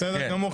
בסדר גמור.